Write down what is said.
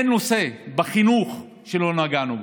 אין נושא שלא נגענו בו.